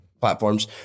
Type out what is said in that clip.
platforms